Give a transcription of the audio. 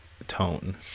tone